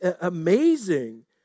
amazing